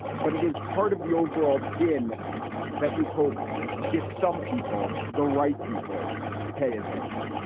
but it is part of the overall din that you hope gets some people the right people to pay attention